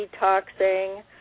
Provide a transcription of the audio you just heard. detoxing